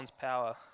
power